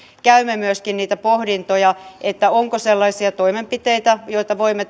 käymme myöskin niitä pohdintoja onko sellaisia toimenpiteitä joista voimme